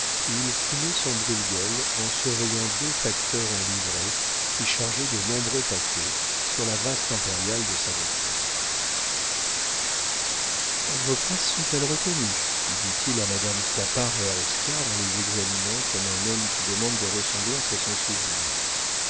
il fumait son brûle-gueule en surveillant deux facteurs en livrée qui chargeaient de nombreux paquets sur la vaste impériale de sa voiture vos places sont-elles retenues dit-il à madame clapart et à oscar en les examinant comme un homme qui demande des ressemblances à son souvenir